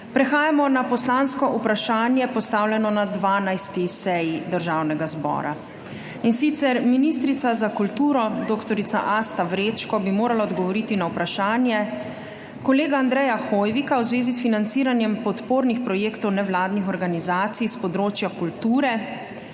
prehajamo na poslansko vprašanje, postavljeno na 12. seji Državnega zbora. Ministrica za kulturo dr. Asta Vrečko bi morala odgovoriti na vprašanje kolega Andreja Hoivika v zvezi s financiranjem podpornih projektov nevladnih organizacij s področja kulture